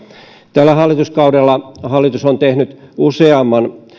tällä hallituskaudella hallitus on tehnyt useamman